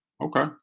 Okay